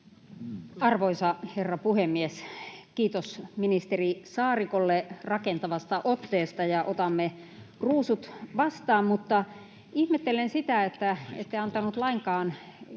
Arvoisa herra puhemies! Kiitos ministeri Saarikolle rakentavasta otteesta, ja otamme ruusut vastaan, mutta ihmettelen sitä, että ette antanut lainkaan